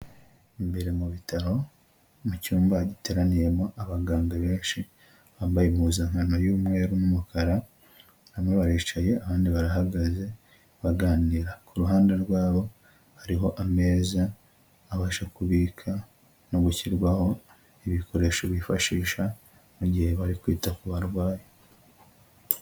Imbere mu bitaro mu cyumba giteraniyemo abaganga benshi bambaye impuzankano y'umweru n'umukara, bamwe baricaye abandi barahagaze baganira, ku ruhande rwabo hariho ameza abasha kubika no gushyirwaho ibikoresho bifashisha mu gihe bari kwita ku barwayi.